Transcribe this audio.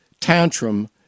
tantrum